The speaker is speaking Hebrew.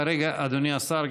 אדוני השר,